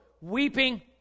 weeping